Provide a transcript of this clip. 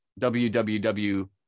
www